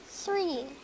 Three